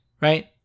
right